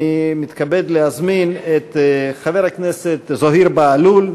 אני מתכבד להזמין את חבר הכנסת זוהיר בהלול,